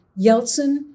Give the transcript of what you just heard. Yeltsin